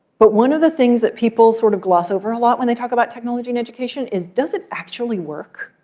but one of the things that people sort of gloss over a lot when they talk about technology in education is, does it actually work?